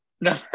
No